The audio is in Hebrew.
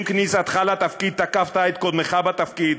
עם כניסתך לתפקיד תקפת את קודמך בתפקיד: